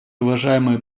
уважаемый